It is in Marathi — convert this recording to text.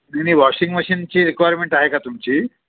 वॉशिंग मशीनची रिक्वायरमेंट आहे का तुमची